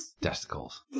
testicles